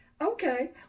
Okay